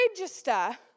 register